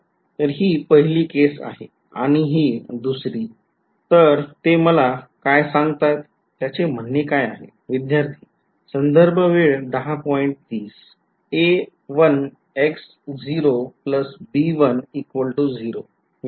तर ही पहिली केस आहे आणि ही दुसरी तर ते मला काय सांगतात त्याचे म्हणणे काय आहे